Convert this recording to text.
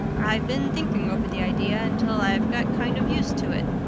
i've been thinking over the idea until i've got kind of used to it.